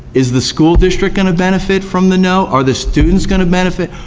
is the school district going to benefit from the no? are the students going to benefit?